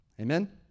Amen